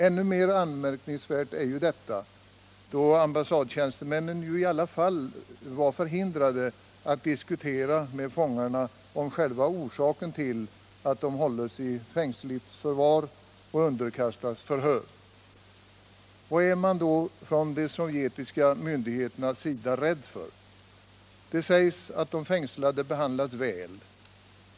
Ännu mera anmärkningsvärt är detta då ambassadtjänstemännen i alla fall varit förhindrade att diskutera med fångarna om själva orsaken till att de hålls i fängsligt förvar och underkastas förhör. Vad är man då från de sovjetiska myndigheternas sida rädd för? Det sägs att de fängslade behandlas väl.